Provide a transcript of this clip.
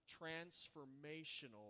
transformational